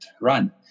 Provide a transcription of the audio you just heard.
run